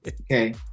Okay